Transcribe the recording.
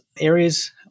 areas